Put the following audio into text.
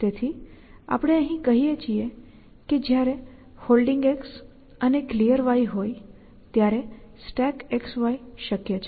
તેથી આપણે અહીં કહીએ કે જ્યારે Holding અને Clear હોય ત્યારે StackXY શક્ય છે